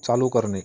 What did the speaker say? चालू करणे